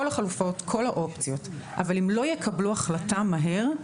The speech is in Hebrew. כל החלופות וכל האופציות אבל אם לא יקבלו החלטה מהר,